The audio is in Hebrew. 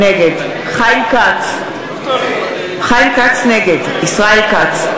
נגד חיים כץ, נגד ישראל כץ,